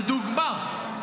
לדוגמה,